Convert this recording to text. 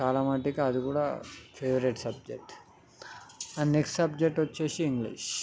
చాలా మటుకి అది కూడా favourite subject and next subject వచ్చి ఇంగ్లీష్